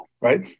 right